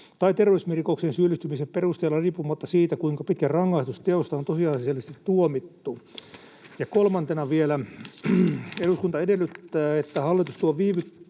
tai terrorismirikokseen syyllistymisen perusteella riippumatta siitä, kuinka pitkä rangaistus teosta on tosiasiallisesti tuomittu. Ja kolmantena vielä: ”Eduskunta edellyttää, että hallitus tuo